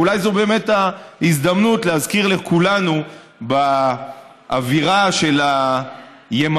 ואולי זו באמת ההזדמנות להזכיר לכולנו באווירה של היממה